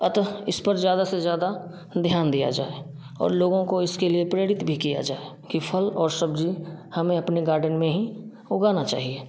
अतः इस पर ज्यादा से ज्यादा ध्यान दिया जाए और लोगों को इसके लिए प्रेरित भी किया जाए कि फ़ल और सब्जी हमें अपने गार्डन में हीं उगाना चाहिए